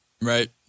right